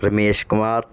Ramesh Kumar